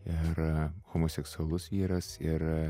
ir homoseksualus vyras ir